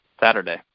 Saturday